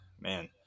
man